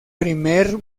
primer